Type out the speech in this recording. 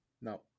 no